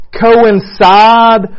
coincide